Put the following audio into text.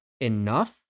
enough